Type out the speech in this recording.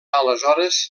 aleshores